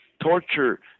Torture